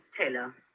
Taylor